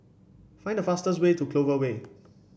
find the fastest way to Clover Way